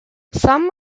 some